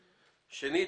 שנית,